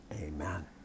Amen